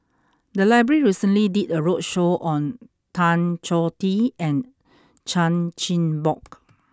the library recently did a roadshow on Tan Choh Tee and Chan Chin Bock